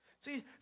See